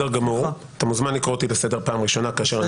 אתה מוזמן לקרוא אותי לסדר פעם ראשונה,